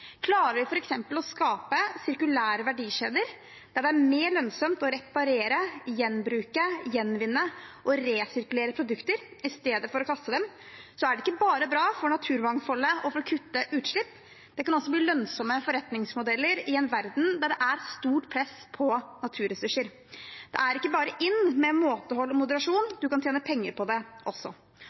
Klarer vi f.eks. å skape sirkulære verdikjeder – der det er mer lønnsomt å reparere, gjenbruke, gjenvinne og resirkulere produkter istedenfor å kaste dem – er det ikke bare bra for naturmangfoldet og for å kutte utslipp. Det kan også bli lønnsomme forretningsmodeller i en verden der det er et stort press på naturressurser. Det er ikke bare in med måtehold og moderasjon, du kan også tjene penger på det.